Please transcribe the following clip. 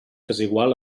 desigual